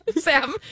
Sam